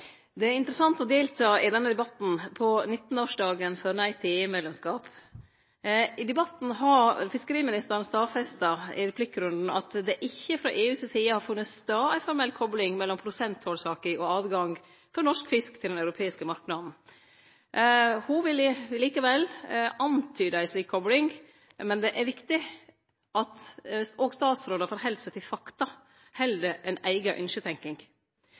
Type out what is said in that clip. er interessant å delta i denne debatten på 19-årsdagen for nei til EU-medlemskap. I debatten har fiskeriministeren stadfesta i replikkrunden at det frå EU si side ikkje har funne stad ei formell kopling mellom prosenttollsaka og tilgjenget for norsk fisk på den europeiske marknaden. Ho antydar likevel ei slik kopling, men det er viktig at òg statsrådar held seg til fakta heller enn til eiga ynskjetenking.